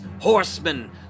horsemen